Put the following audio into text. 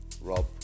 Rob